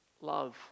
love